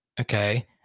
Okay